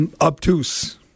Obtuse